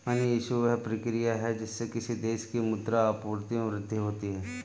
money issue, वह प्रक्रिया है जिससे किसी देश की मुद्रा आपूर्ति में वृद्धि होती है